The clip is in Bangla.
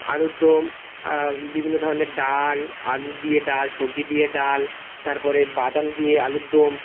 আলুর দম বিভিন্ন ধরনের ডাল আলু দিয়ে ডাল সবজি দিয়ে ডাল তারপরে বাদাম দিয়ে আলুর দম